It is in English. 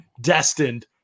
destined